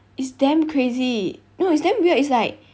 it's damn crazy no it's damn weird it's like